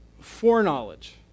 foreknowledge